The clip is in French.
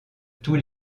tous